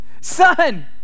son